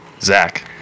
Zach